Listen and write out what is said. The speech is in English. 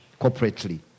corporately